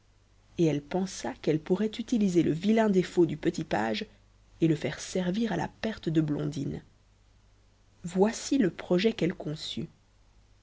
et elle pensa qu'elle pourrait utiliser le vilain défaut du petit page et le faire servir à la perte de blondine voici le projet qu'elle conçut